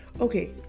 Okay